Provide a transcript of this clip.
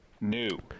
new